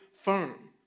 firm